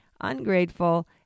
ungrateful